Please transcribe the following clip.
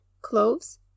cloves